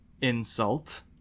insult